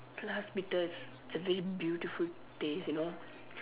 plus bitter it's it's a very beautiful taste you know